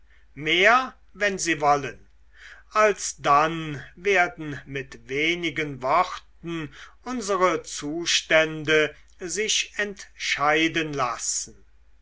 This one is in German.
mehr wenn sie wollen alsdann werden mit wenigen worten unsere zustände sich entscheiden lassen